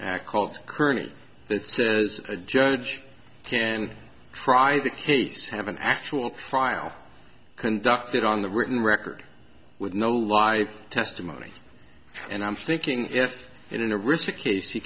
act called kearney that says a judge can try the case have an actual trial conducted on the written record with no live testimony and i'm thinking if in a rich a case